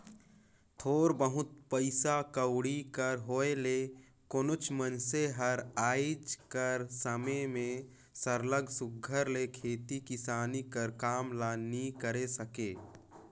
थोर बहुत पइसा कउड़ी कर होए ले कोनोच मइनसे हर आएज कर समे में सरलग सुग्घर ले खेती किसानी कर काम ल नी करे सके